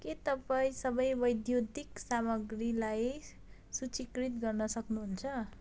के तपाईँ सबै वैद्युतिक सामग्रीलाई सूचीकृत गर्न सक्नुहुन्छ